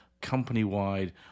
company-wide